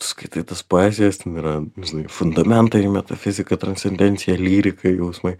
skaitai tos poezijos ten yra žinai fundamentai metafizika transcendencija lyrika jausmai